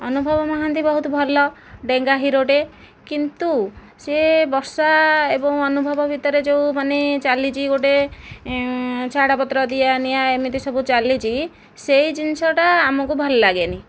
ଅନୁଭବ ମହାନ୍ତି ବହୁତ ଭଲ ଡେଙ୍ଗା ହିରୋ ଟିଏ କିନ୍ତୁ ସିଏ ବର୍ଷା ଏବଂ ଅନୁଭବ ଭିତରେ ଯୋଉ ମାନେ ଚାଲିଛି ଗୋଟିଏ ଛାଡ଼ପତ୍ର ଦିଆ ନି ଏମିତି ସବୁ ଚାଲିଛି ସେହି ଜିନିଷଟା ଆମକୁ ଭଲ ଲଗେନି